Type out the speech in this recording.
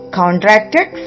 contracted